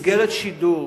מסגרת שידור,